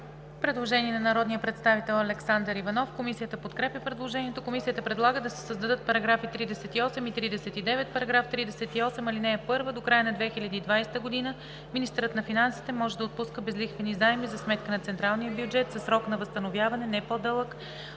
Предложение от народния представител Александър Иванов. Комисията подкрепя предложението. Комисията предлага да се създадат § 38 и 39: „§ 38. (1) До края на 2020 г. министърът на финансите може да отпуска безлихвени заеми за сметка на централния бюджет със срок на възстановяване, не по-дълъг